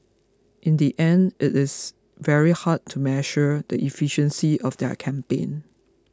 in the end it is very hard to measure the efficiency of their campaign